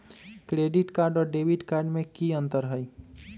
Credit card और debit card में की अंतर हई?